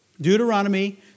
Deuteronomy